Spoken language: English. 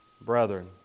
brethren